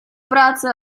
práce